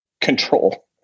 control